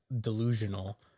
delusional